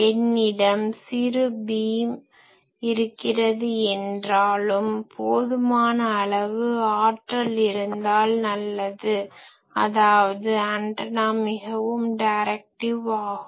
என்னிடம் சிறு beam short beam சிறு ஒளிக்கோடு இருக்கிறது என்றாலும் போதுமான அளவு ஆற்றல் இருந்தால் நல்லது அதாவது ஆன்டனா மிகவும் டைரக்டிவ் ஆகும்